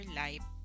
life